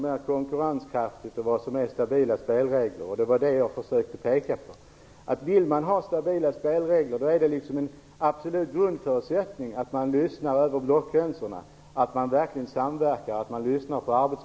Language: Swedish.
I annat fall kommer vi aldrig att klara att konkurrera långsiktigt.